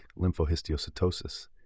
lymphohistiocytosis